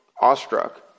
awestruck